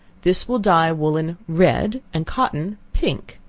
this will dye woolen red, and cotton pink.